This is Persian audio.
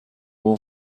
بوم